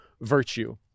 virtue